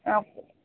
okay